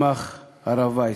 לעסוק בנושא הזה רק בוועדת הרווחה,